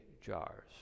jars